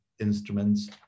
instruments